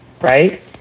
Right